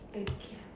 thank you